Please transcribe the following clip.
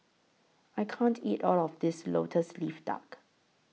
I can't eat All of This Lotus Leaf Duck